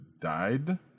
died